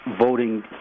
voting